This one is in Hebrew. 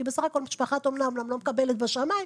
כי בסך הכול משפחת אומנה אומנם לא מקבלת בשמיים,